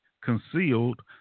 concealed